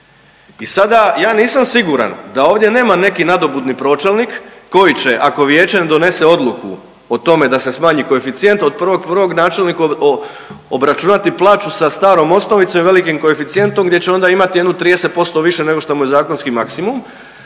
I sada je nisam siguran da ovdje nema neki nadobudni pročelnik koji će ako vijeće ne donese odluku o tome da se smanji koeficijent od 1.1. načelniku obračunati plaću sa starom osnovicom i velikim koeficijentom gdje će onda imati jedno 30% više nego što mu je zakonski maksimum.